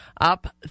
up